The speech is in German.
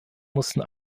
mussten